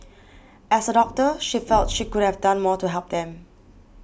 as a doctor she felt she could have done more to help them